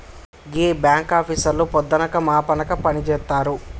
గీ బాంకాపీసర్లు పొద్దనక మాపనక పనిజేత్తరు